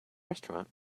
restaurant